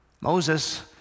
Moses